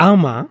Ama